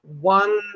one